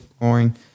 Boring